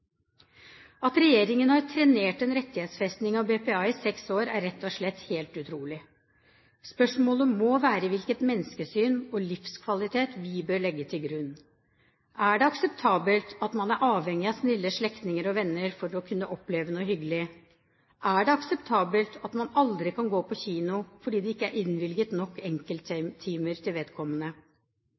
At regjeringen har trenert en rettighetsfesting av BPA i seks år, er rett og slett helt utrolig. Spørsmålet må være hvilket menneskesyn og livskvalitet vi bør legge til grunn. Er det akseptabelt at man er avhengig av snille slektninger og venner for å kunne oppleve noe hyggelig? Er det akseptabelt at man aldri kan gå på kino fordi det ikke er innvilget nok enkelttimer til vedkommende?